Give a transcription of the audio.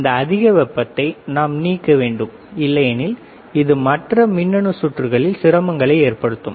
இந்த அதிக வெப்பத்தை நாம் நீக்க வேண்டும் இல்லையெனில் இது மற்ற மின்னணு சுற்றுகளில் சிரமங்களை ஏற்படுத்தும்